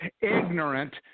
ignorant